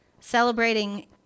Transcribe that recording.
celebrating